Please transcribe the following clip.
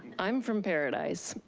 i'm from paradise.